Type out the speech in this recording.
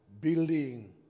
Building